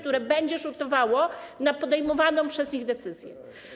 To będzie rzutowało na podejmowaną przez nich decyzję.